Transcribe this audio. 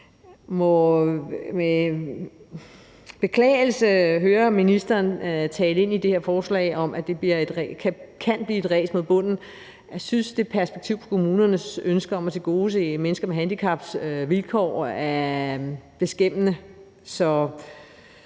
Vi må med beklagelse høre ministeren tale om, at det kan blive et ræs mod bunden. Jeg synes, at det perspektiv på kommunernes ønske om at tilgodese mennesker med handicaps vilkår er beskæmmende,